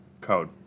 code